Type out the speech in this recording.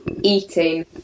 eating